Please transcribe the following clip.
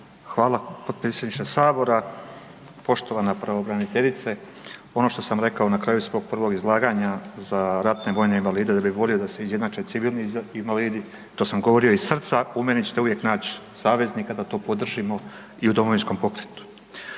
Hvala potpredsjedniče sabora, poštovana pravobraniteljice. Ono što sam rekao na kraju svog prvog izlaganja za ratne vojne invalide da bi volio da se izjednače civilni invalidi, to sam govorio iz srca, u meni ćete uvijek nać saveznika da to podržimo i u Domovinskom pokretu.